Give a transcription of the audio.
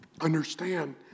understand